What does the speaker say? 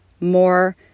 more